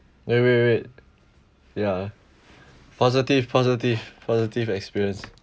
wait wait wait ya positive positive positive experience